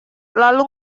lalu